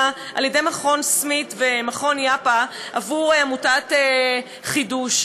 על-ידי מכון סמית ומכון יאפא עבור עמותת חדו"ש: